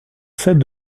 celle